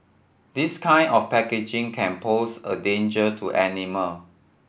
this kind of packaging can pose a danger to animal